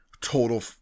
total